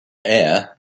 air